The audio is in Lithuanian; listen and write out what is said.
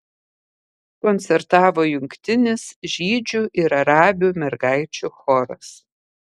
koncertavo jungtinis žydžių ir arabių mergaičių choras